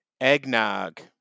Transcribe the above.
Eggnog